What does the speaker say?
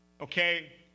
okay